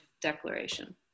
declaration